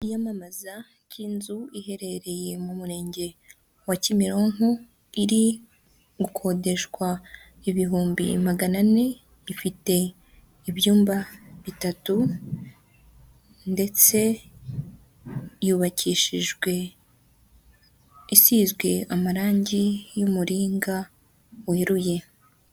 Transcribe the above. Iyamamaza ry'inzu iherereye mu murenge wa kimironko, iri gukodeshwa ibihumbi magana ane. Ifite ibyumba bitatu ndetse yubakishijwe isizwe amarangi y'umuringa weruye.